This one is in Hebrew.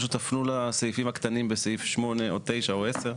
פשוט תפנו לסעיפים הקטנים בסעיף 8 או 9 או 10,